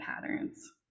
patterns